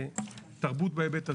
תרבות בהיבט הזה.